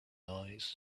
eyes